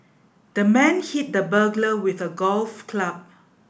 the man hit the burglar with a golf club